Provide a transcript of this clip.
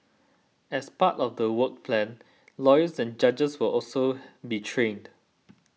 as part of the work plan lawyers and judges will also be trained